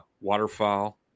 waterfowl